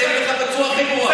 אני אענה לך בצורה הכי ברורה.